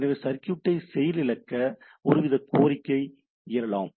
எனவே சர்க்யூட்டை செயலிழக்க ஒருவித கோரிக்கை எழலாம்